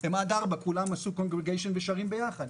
כולם שרים ביחד.